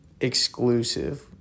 exclusive